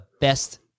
best